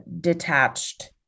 detached